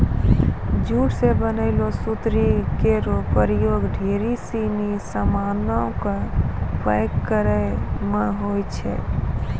jute सें बनलो सुतरी केरो प्रयोग ढेरी सिनी सामानो क पैक करय म होय छै